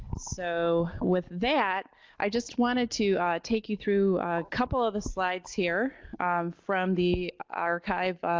so with that i just wanted to take you through a couple of the slides here from the archive,